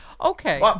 Okay